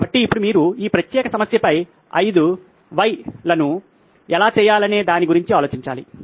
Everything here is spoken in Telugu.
కాబట్టి ఇప్పుడు మీరు ఈ ప్రత్యేక సమస్యపై 5 వైస్లను ఎలా చేయాలనే దాని గురించి ఆలోచించాలి